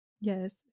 Yes